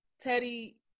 Teddy